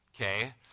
okay